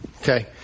Okay